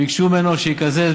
ביקשו ממנו שיקזז,